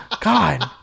god